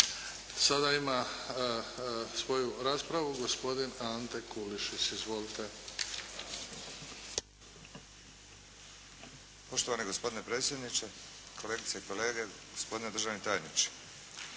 sada ima svoju raspravu gospodin Ante Kulušić. Izvolite! **Kulušić, Ante (HDZ)** Poštovani gospodine predsjedniče, kolegice i kolege, gospodine državni tajniče!